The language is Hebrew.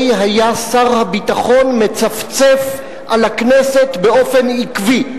היה שר הביטחון מצפצף על הכנסת באופן עקבי.